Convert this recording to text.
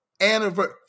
anniversary